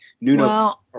Nuno